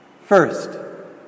First